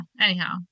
anyhow